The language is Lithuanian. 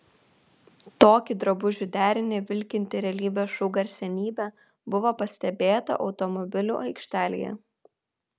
tokį drabužių derinį vilkinti realybės šou garsenybė buvo pastebėta automobilių aikštelėje